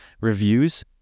reviews